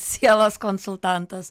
sielos konsultantas